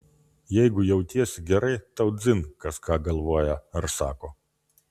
jeigu jautiesi gerai tau dzin kas ką galvoja ar sako